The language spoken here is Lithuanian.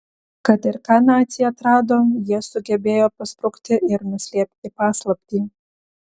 kad ir ką naciai atrado jie sugebėjo pasprukti ir nuslėpti paslaptį